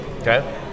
Okay